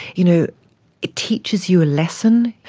you know it teaches you a lesson.